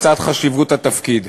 בצד חשיבות התפקיד.